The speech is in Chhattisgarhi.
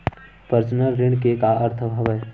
पर्सनल ऋण के का अर्थ हवय?